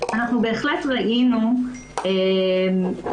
שאנחנו בהחלט ראינו בתלונה